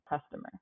customer